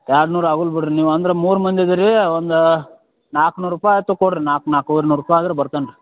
ಎರಡು ನೂರು ಆಗಲ್ಲ ಬಿಡಿರಿ ನೀವು ಅಂದ್ರೆ ಮೂರು ಮಂದಿ ಇದ್ದೀರಿ ಒಂದು ನಾಲ್ಕುನೂರು ರೂಪಾಯಿ ಅಂತು ಕೊಡಿರಿ ನಾಲ್ಕು ನಾಲ್ಕುವರೆ ನೂರು ರೂಪಾಯಿ ಆದ್ರೆ ಬರ್ತೇನೆ ರೀ